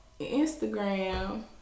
Instagram